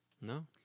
No